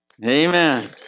Amen